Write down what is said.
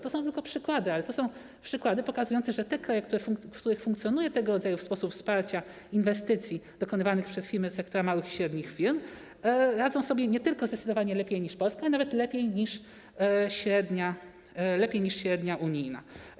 To są tylko przykłady, ale to są przykłady pokazujące, że te kraje, w których funkcjonuje tego rodzaju sposób wsparcia inwestycji dokonywanych przez firmy z sektora małych i średnich firm, radzą sobie nie tylko zdecydowanie lepiej niż Polska, ale też lepiej niż średnia unijna.